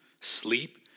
sleep